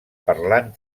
parlant